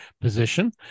position